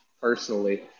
personally